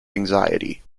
anxiety